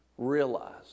realized